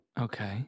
Okay